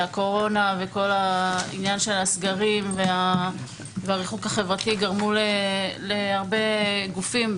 שהקורונה וכל העניין של הסגרים והריחוק החברתי גרמו להרבה גופים,